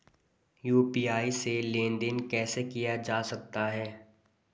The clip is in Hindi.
यु.पी.आई से लेनदेन कैसे किया जा सकता है?